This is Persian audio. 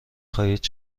خواهید